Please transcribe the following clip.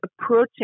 approaching